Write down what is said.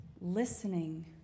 listening